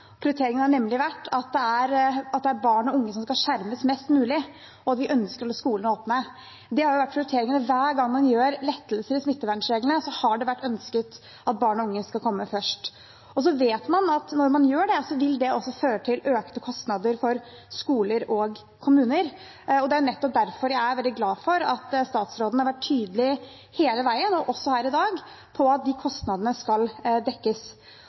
Prioriteringen har nemlig vært at barn og unge skal skjermes mest mulig, og at vi ønsker å holde skolene åpne. Det har vært prioriteringen. Hver gang man har gjort lettelser i smittevernreglene, har det vært ønsket at barn og unge skal komme først. Man vet også at når man gjør det, vil det føre til økte kostnader for skoler og kommuner. Nettopp derfor er jeg veldig glad for at statsråden har vært tydelig hele veien – også her i dag – på at de kostnadene skal dekkes.